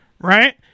Right